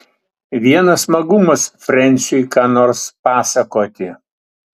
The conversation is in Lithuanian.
vienas smagumas frensiui ką nors pasakoti